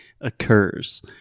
Occurs